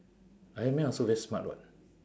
ironman also very smart [what]